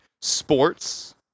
sports